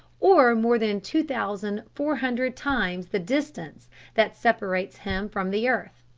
or more than two thousand four hundred times the distance that separates him from the earth.